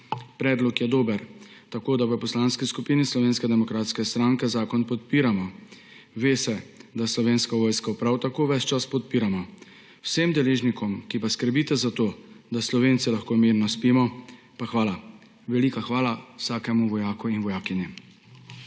Predlog je dober, tako da v Poslanski skupini Slovenske demokratske stranke zakon podpiramo. Ve se, da Slovensko vojsko prav tako ves čas podpiramo. Vsem deležnikom, ki skrbite za to, da Slovenci lahko mirno spimo, pa hvala. Velika hvala vsakemu vojaku in vojakinji.